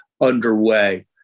underway